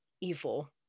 evil